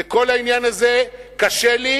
וכל העניין הזה קשה לי,